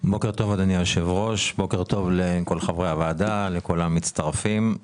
בוקר טוב, היושב-ראש, חברי הוועדה, כל המצטרפים.